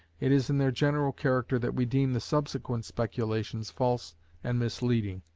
it is in their general character that we deem the subsequent speculations false and misleading,